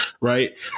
right